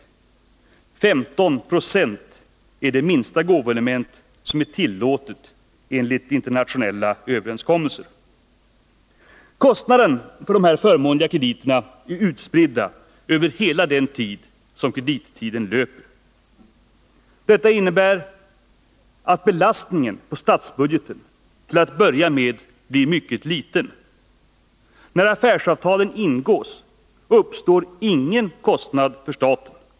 15 96 är det minsta gåvoelementet som är tillåtet enligt internationella överenskommelser. Kostnaden för dessa förmånliga krediter är utspridda över hela den tid som krediten löper. Detta innebär att belastningen på statsbudgeten till att börja med blir mycket liten. När affärsavtalen ingås uppstår ingen kostnad för staten.